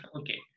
Okay